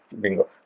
bingo